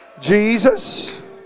Jesus